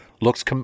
Looks